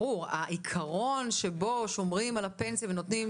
העיקרון שבו שומרים על הפנסיה ונותנים